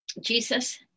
Jesus